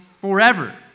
forever